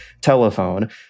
telephone